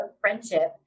Friendship